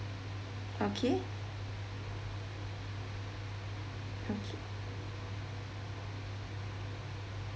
okay okay